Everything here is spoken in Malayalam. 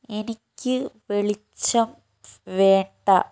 എനിക്ക് വെളിച്ചം വേണ്ട